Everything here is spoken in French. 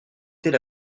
était